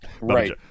Right